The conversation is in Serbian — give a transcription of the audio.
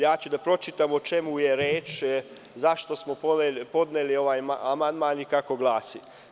Ja ću da pročitam o čemu je reč i zašto smo podneli ovaj amandman i kako glasi.